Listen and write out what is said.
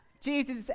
Jesus